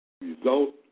result